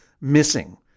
missing